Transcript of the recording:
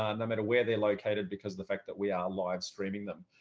um no matter where they're located because of the fact that we are live streaming them.